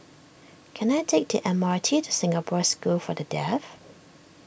can I take the M R T to Singapore School for the Deaf